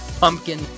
Pumpkin